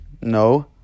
no